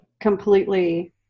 completely